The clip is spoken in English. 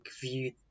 view